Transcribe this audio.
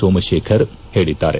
ಸೋಮಶೇಖರ್ ಹೇಳಿದ್ದಾರೆ